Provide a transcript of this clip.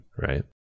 Right